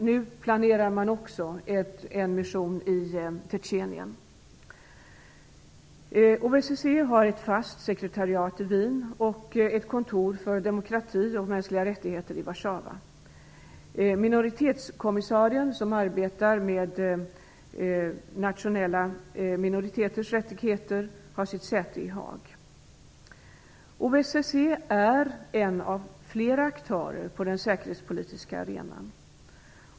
Nu planerar man också en mission i Tjetjenien. OSSE har ett fast sekretariat i Wien, och i Warszawa har man ett kontor för frågor som rör demokrati och mänskliga rättigheter. Minoritetskommissarien, som arbetar med nationella minoriteters rättigheter, har sitt säte i Haag. OSSE är en av flera aktörer på den säkerhetspolitiska arenan.